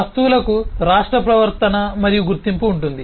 వస్తువులకు రాష్ట్ర ప్రవర్తన మరియు గుర్తింపు ఉంటుంది